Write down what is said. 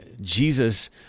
Jesus